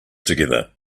together